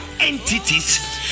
entities